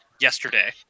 yesterday